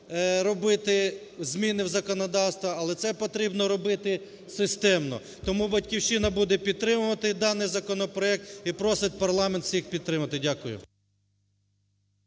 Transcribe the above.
робити зміни у законодавстві, але це потрібно робити системно. Тому "Батьківщина" буде підтримувати даний законопроект і просить парламент всіх підтримати. Дякую.